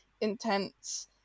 intense